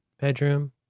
bedroom